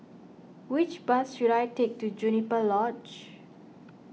which bus should I take to Juniper Lodge